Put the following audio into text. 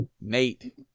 Nate